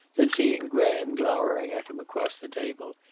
then, seeing graham glowering at him across the table,